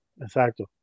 Exacto